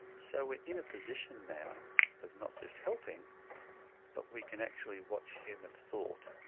so we are in a position now of not just helping but we can actually watch human thought.